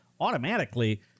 automatically